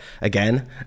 again